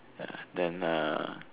ya then uh